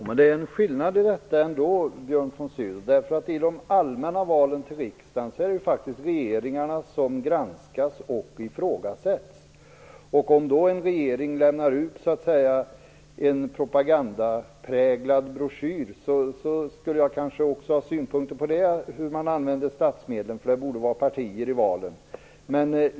Herr talman! Det finns ändå en skillnad här, Björn von Sydow. I de allmänna valen till riksdagen är det ju faktiskt regeringarna som granskas och ifrågasätts. Om en regering lämnar ut en "propagandapräglad" broschyr skulle kanske också jag ha synpunkter på det när det gäller sättet att använda statsmedlen, för det här borde vara partiernas sak i valen.